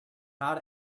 how